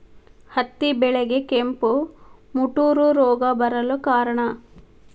ಹತ್ತಿ ಬೆಳೆಗೆ ಕೆಂಪು ಮುಟೂರು ರೋಗ ಬರಲು ಕಾರಣ?